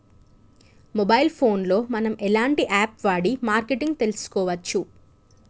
Mobile phone లో మనం ఎలాంటి యాప్ వాడి మార్కెటింగ్ తెలుసుకోవచ్చు?